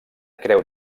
creu